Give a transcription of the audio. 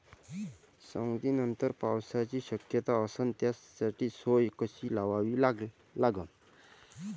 सवंगनीनंतर पावसाची शक्यता असन त त्याची सोय कशी लावा लागन?